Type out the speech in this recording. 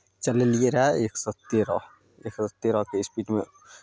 चलेलियै रहए एक सए तेरह एक सए तेरहके स्पीडमे